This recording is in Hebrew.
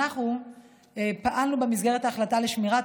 אנחנו כמובן פעלנו במסגרת ההחלטה לשמירת